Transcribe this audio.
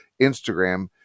Instagram